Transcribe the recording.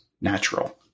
natural